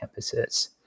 campuses